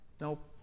nope